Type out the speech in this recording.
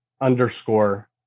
underscore